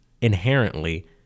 inherently